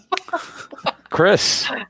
Chris